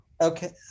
Okay